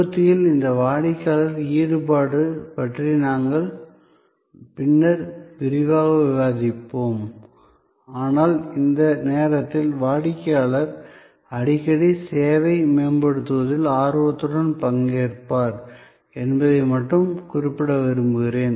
உற்பத்தியில் இந்த வாடிக்கையாளர் ஈடுபாடு பற்றி நாங்கள் பின்னர் விரிவாக விவாதிப்போம் ஆனால் இந்த நேரத்தில் வாடிக்கையாளர் அடிக்கடி சேவையை மேம்படுத்துவதில் ஆர்வத்துடன் பங்கேற்பார் என்பதை மட்டும் குறிப்பிட விரும்புகிறேன்